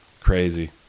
Crazy